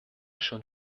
schon